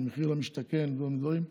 על מחיר למשתכן ועוד דברים.